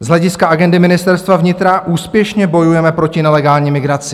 Z hlediska agendy Ministerstva vnitra úspěšně bojujeme proti nelegální migraci.